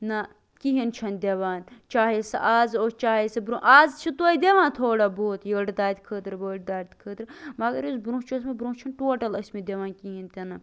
نہ کِہینۍ چھُنہٕ دِوان چاہے سُہ آز اوس چاہے سُہ برونہہ آز چھُ تویتہِ دِوان تھوڑا بہت یٔڑ دادِ خٲطرٕ ؤڑ دادِ خٲطرٕ مَگر یُس برونہہ چھُ ٲسۍ مٕتۍ برونہہ چھِ نہٕ ٹوٹَل ٲسۍ مٕتۍ دِوان کِہینۍ تہِ نہٕ